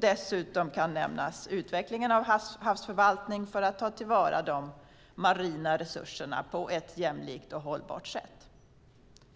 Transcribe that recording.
Dessutom kan nämnas utvecklingen av havsförvaltning för att ta till vara de marina resurserna på ett jämlikt och hållbart sätt.